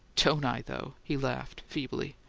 don't i, though! he laughed, feebly.